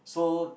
so